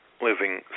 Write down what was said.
living